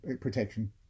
protection